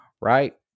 right